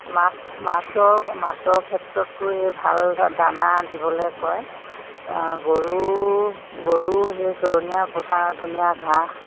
মাছ মাছৰ মাছৰ ক্ষেত্ৰততো সেই ভাল দানা দিবলে কয় গৰু গৰু সেই চৰণীয়া পথাৰ ধুনীয়া ঘাঁহ